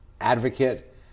advocate